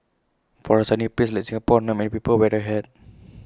for A sunny place like Singapore not many people wear A hat